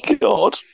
god